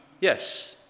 yes